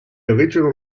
original